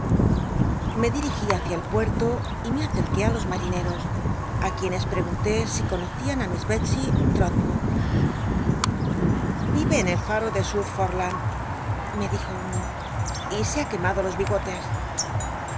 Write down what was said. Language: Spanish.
me dirigí hacia el puerto y me acerqué t los marineros ti quienes pregunl si cono lian á miss belscy trol'ood vive en el ftuo de su for la me dijo uno y se ha quemado los bigotes